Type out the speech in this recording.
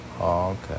okay